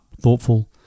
thoughtful